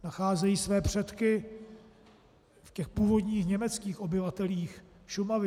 Nacházejí své předky v původních německých obyvatelích Šumavy.